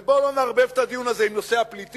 ובוא לא נערבב את הדיון הזה עם נושא הפליטים,